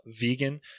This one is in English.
vegan